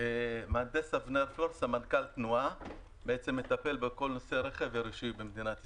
אני סמנכ"ל תנועה ומטפל בכל נושא הרכב והרישוי במדינת ישראל.